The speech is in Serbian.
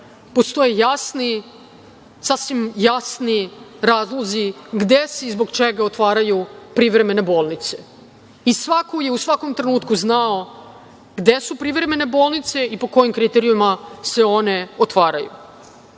Postoje sasvim jasni razlozi gde se i zbog čega otvaraju privremene bolnice. I svako je u svakom trenutku znao gde su privremene bolnice i po kojim kriterijumima se one otvaraju. Najmanje